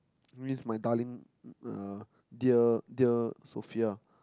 it means my darling uh dear dear Sophia